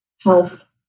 Health